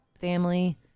family